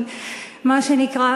מה שנקרא.